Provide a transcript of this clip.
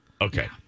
Okay